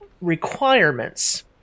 requirements